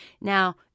Now